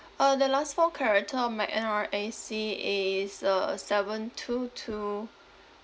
uh the last four character of my N_R_I_C is uh seven two two